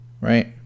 Right